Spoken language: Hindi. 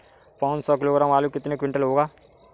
पाँच सौ किलोग्राम आलू कितने क्विंटल होगा?